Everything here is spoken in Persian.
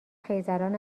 خیزران